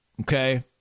Okay